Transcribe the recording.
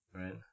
right